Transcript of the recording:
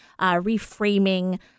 reframing